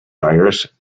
tires